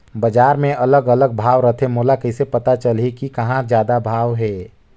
बजार मे अलग अलग भाव रथे, मोला कइसे पता चलही कि कहां जादा भाव हे?